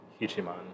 Hichiman